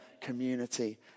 community